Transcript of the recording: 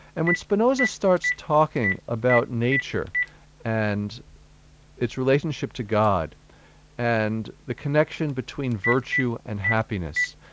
and when spinoza starts talking about nature and its relationship to god and the connection between virtue and happiness,